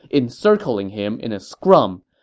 encircling him in a scrum.